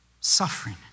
suffering